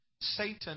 Satan